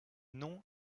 nom